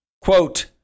Quote